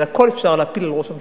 אבל הכול אפשר להפיל על ראש הממשלה,